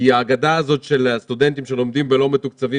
כי האגדה הזו של לסטודנטים שלומדים בלא מתוקצבים